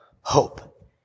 hope